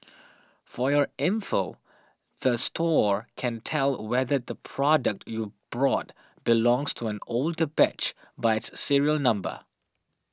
for your info the store can tell whether the product you brought belongs to an older batch by its serial number